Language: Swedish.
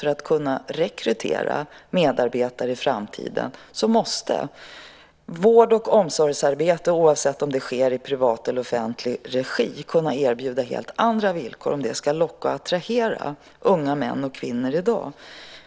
För att kunna rekrytera medarbetare i framtiden måste vård och omsorgsarbete, oavsett om det sker i privat eller offentlig regi, kunna erbjuda helt andra villkor om det ska locka och attrahera unga män och kvinnor.